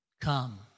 Come